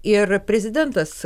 ir prezidentas